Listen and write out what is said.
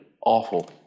Awful